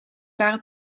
waren